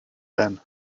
ben